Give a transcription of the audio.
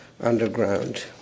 underground